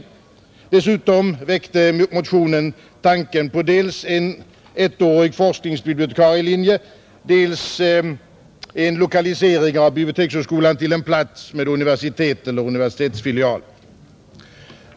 Dessutom väckte motionen tanken på dels en ettårig forskningsbibliotekarielinje, dels lokalisering av bibliotekshögskolan till en plats med universitet eller universitetsfilial.